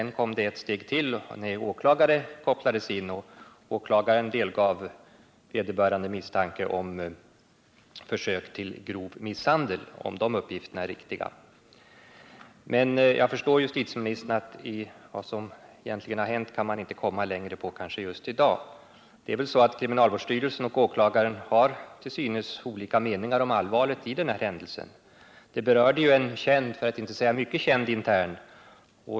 Nästa steg var dock att åklagare kopplades in. Åklagaren delgav vederbörande misstanke om försök till grov misshandel, om de uppgifterna nu är riktiga. Jag förstår justitieministern när han säger att man i dag inte kan komma längre när det gäller frågan om vad som egentligen hänt. Kriminalvårdsstyrelsen och åklagaren har till synes olika meningar om allvaret i den här händelsen. Händelsen berörde ju en känd, för att inte säga mycket känd, intern.